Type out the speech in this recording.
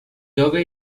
jove